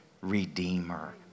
redeemer